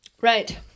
Right